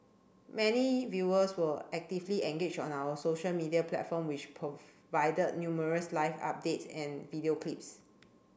many viewers were actively engaged on our social media platform which provided numerous live updates and video clips